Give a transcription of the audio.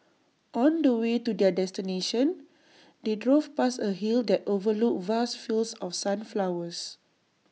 on the way to their destination they drove past A hill that overlooked vast fields of sunflowers